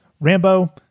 Rambo